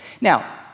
Now